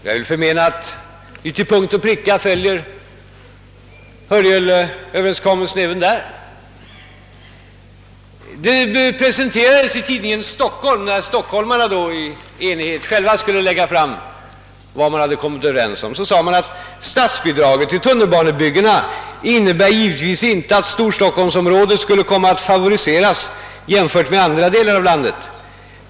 Jag förmenar att vi till punkt och pricka följer Hörjelöverenskommelsen även där. Då stockholmarna i enighet själva skulle presentera vad man hade kommit överens om, sade man i tidningen Stockholm att »Statsbidraget till tunnelbanebyggena innebär givetvis inte att storstockholmsområdet skulle komma att favoriseras jämfört med andra delar av landet.